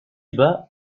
bas